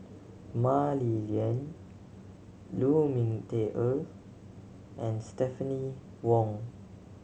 Mah Li Lian Lu Ming Teh Earl and Stephanie Wong